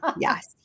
yes